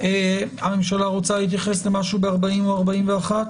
הממשלה רוצה להתייחס למשהו בסעיפים 40 או 41?